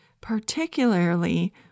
particularly